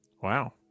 Wow